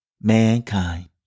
Mankind